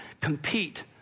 compete